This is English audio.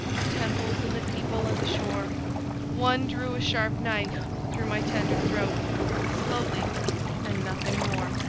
the temples and the people and the shore one drew a sharp knife through my tender throat slowly and nothing more.